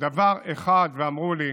דבר אחד, הם אמרו לי: